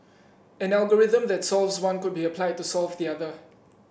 an algorithm that solves one could be applied to solve the other